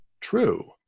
true